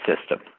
system